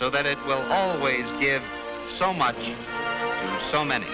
so that it will always give so much to so many